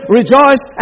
rejoice